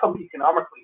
economically